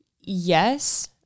yes